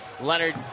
Leonard